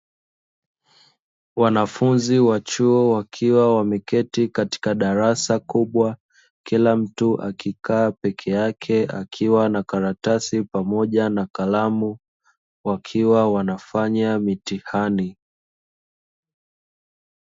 Wanafunzi wa chuo wakiwa wameketi katika darasa kubwa, kila mtu akikaa peke ake akiwa na karatasi pamoja na kalamu wakiwa wanafanya mitihani.